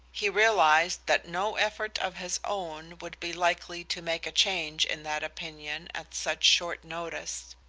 he realized that no effort of his own would be likely to make a change in that opinion at such short notice.